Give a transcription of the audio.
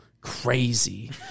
Crazy